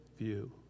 view